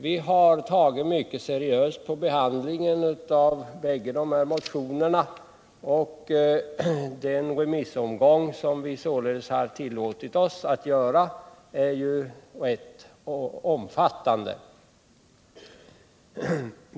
Vi har tagit mycket seriöst på behandlingen av båda dessa motioner, och den remissomgång som vi således har tillåtit oss att göra är rätt omfattande.